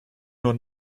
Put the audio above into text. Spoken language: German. nur